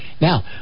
Now